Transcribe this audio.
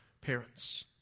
parents